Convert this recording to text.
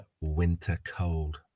winter-cold